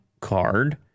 card